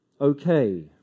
okay